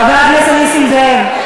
חבר הכנסת נסים זאב.